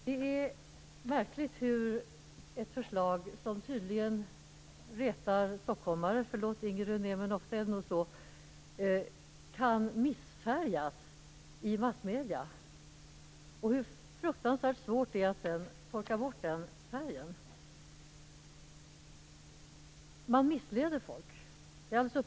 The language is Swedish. Det är märkligt att ett förslag som retar stockholmare - förlåt mig, Inger René, men det är ofta så - kan missfärgas i massmedierna och hur fruktansvärt svårt det sedan är att torka bort den färgen. Man missleder folk.